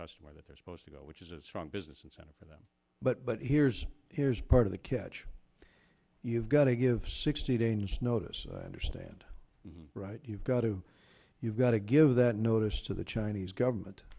customer that they're supposed to go which is a strong business incentive for them but here's here's part of the catch you've got to give sixty danes notice understand right you've got to you've got to give that notice to the chinese government